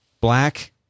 black